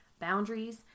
boundaries